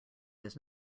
does